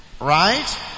right